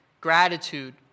gratitude